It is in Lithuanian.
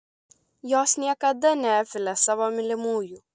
jos niekada neapvilia savo mylimųjų